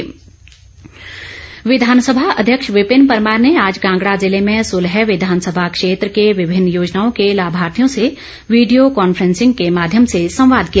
video conference विधानसभा अध्यक्ष विपिन परमार ने आज कांगड़ा जिले के सुलह विधानसभा क्षेत्र के विभिन्न योजनाओं को लाभार्थियों से वीडियो कांफ्रेंसिंग के माध्यम से संवाद किया